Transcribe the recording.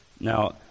Now